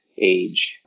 age